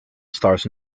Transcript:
stars